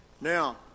Now